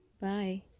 bye